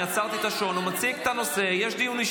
אני מבקש חמש דקות, יש עוד חמש וחצי דקות.